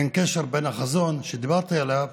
אין קשר בין החזון שדיברתי עליו